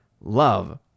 love